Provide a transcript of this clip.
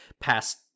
past